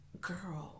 Girl